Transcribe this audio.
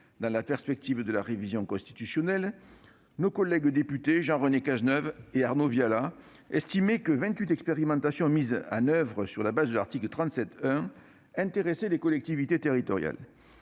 dans la perspective de la révision constitutionnelle, nos collègues députés Jean-René Cazeneuve et Arnaud Viala ont estimé que vingt-huit expérimentations mises en oeuvre sur le fondement de cet article concernaient les collectivités territoriales.